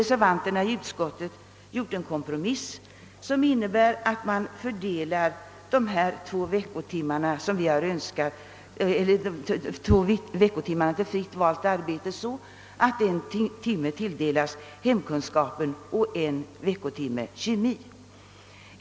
Reservanterna i utskottet har stannat för en kompromiss, som innebär att de två veckotimmarna för fritt valt arbete fördelas så, att en timme tilldelas hemkunskap medan en veckotimme går till ämnet kemi.